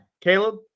caleb